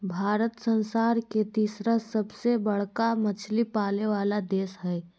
भारत संसार के तिसरा सबसे बडका मछली पाले वाला देश हइ